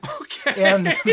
okay